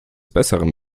besseren